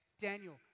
Daniel